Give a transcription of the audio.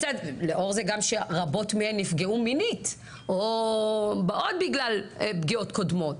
לאור זה גם שרבות מהן נפגעו מינית או באות בגלל פגיעות קודמות.